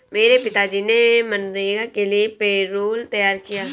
मेरे पिताजी ने मनरेगा के लिए पैरोल तैयार किया